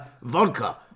Vodka